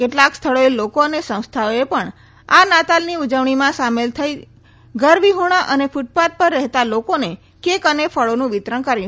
કેટલાક સ્થળોએ લોકો અને સંસ્થાઓએ પણ આ નાતાલની ઉજવણીમાં સામેલ થઇ તેઓએ ઘરવિહોણા અને ક્રટપાથ પર રહેતા લોકોને કેક અને ફળોનું વિતરણ કર્યું